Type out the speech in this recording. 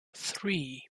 three